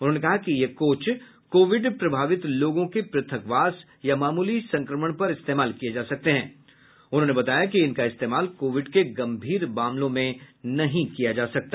उन्होंने कहा कि ये कोच कोविड प्रभावित लोगों के प्रथकवास या मामूली संक्रमण पर इस्तेमाल किए जा सकते हैं उन्होंने कहा कि इनका इस्तेमाल कोविड के गंभीर मामलों में नहीं किया जा सकता